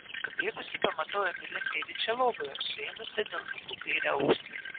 nubėgusi pamatau emilę sėdinčią lovoje suėmusią delnuku kairę ausį